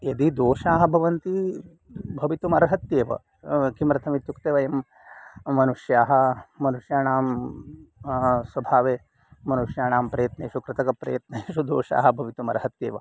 यदि दोषाः बवन्ति भवितुम् अर्हत्येव किमर्थम् इत्युक्ते वयं मनुष्याः मनुष्याणां स्वभावे मनुष्याणां प्रयत्नेषु कृतकप्रयत्नेषु दोषाः भवितुम् अर्हत्येव